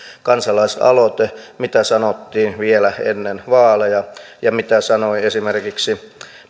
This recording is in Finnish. kansalaisaloite mitä sanottiin vielä ennen vaaleja ja mitä sanoi esimerkiksi